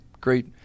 great